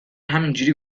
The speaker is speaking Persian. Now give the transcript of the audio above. همینجوری